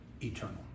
eternal